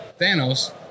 Thanos